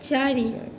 चारि